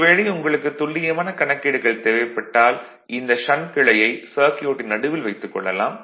ஒரு வேளை உங்களுக்கு துல்லியமான கணக்கீடுகள் தேவைப்பட்டால் இந்த ஷண்ட் கிளையை சர்க்யூட்டின் நடுவில் வைத்துக் கொள்ளலாம்